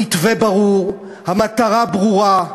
המתווה ברור, המטרה ברורה,